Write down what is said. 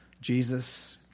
Jesus